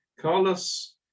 Carlos